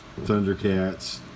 Thundercats